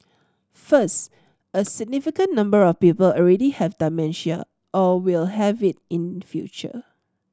first a significant number of people already have dementia or will have it in future